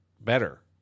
better